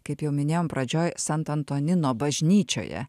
kaip jau minėjom pradžioj sant antonino bažnyčioje